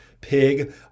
pig